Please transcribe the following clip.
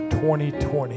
2020